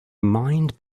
mind